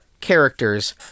characters